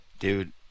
Dude